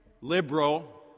liberal